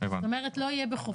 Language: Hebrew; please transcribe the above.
זאת אומרת לא יהיה בחופף.